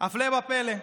הפלא ופלא,